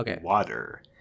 water